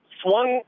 swung